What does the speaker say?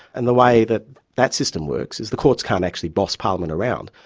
and the way that that system works is the courts can't actually boss parliament around,